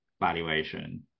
valuation